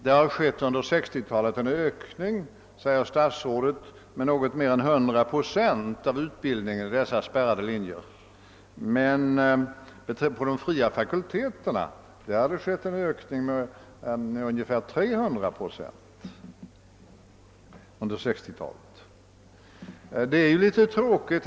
Statsrådet anför att utbildningen vid de spärrade linjerna under 1960-talet ökat med något mer än 100 procent. Inom de fria fakulteterna har det emeller tid skett en ökning med ungefär 300 procent under 1960-talet.